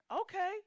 Okay